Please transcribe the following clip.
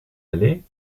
allait